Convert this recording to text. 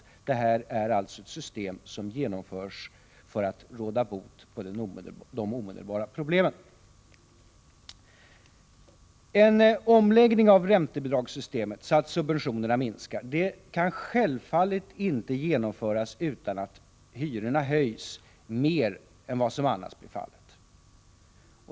Avsikten med det av oss föreslagna systemet är att vi skall kunna råda bot på de omedelbara problemen. En omläggning av räntebidragssystemet så att subventionerna minskar kan självfallet inte genomföras utan att hyrorna höjs mer än vad som annars blir fallet.